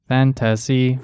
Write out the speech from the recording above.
Fantasy